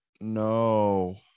no